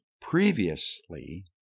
previously